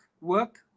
work